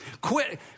Quit